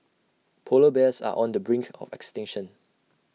Polar Bears are on the brink of extension